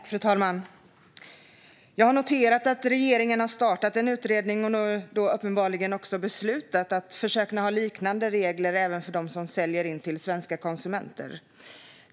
Fru talman! Jag har noterat att regeringen har startat en utredning om - och nu uppenbarligen också beslutat om att försöka med detta - liknande regler även för dem som säljer in till svenska konsumenter.